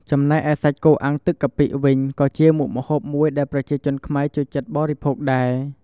ចំណែកឯសាច់គោអាំងទឹកកាពិវិញក៏ជាមុខម្ហូបមួយដែលប្រជាជនខ្មែរចូលចិត្តបរិភោគដែរ។